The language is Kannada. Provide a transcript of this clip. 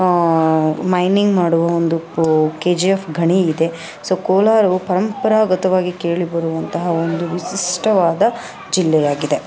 ಮೈನಿಂಗ್ ಮಾಡುವ ಒಂದು ಕೆ ಜಿ ಎಫ್ ಗಣಿ ಇದೆ ಸೊ ಕೋಲಾರವು ಪರಂಪರಾಗತವಾಗಿ ಕೇಳಿಬರುವಂತಹ ಒಂದು ವಿಶಿಷ್ಟವಾದ ಜಿಲ್ಲೆಯಾಗಿದೆ